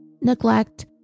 neglect